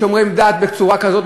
שומרים דת בצורה כזו,